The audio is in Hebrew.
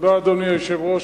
אדוני היושב-ראש,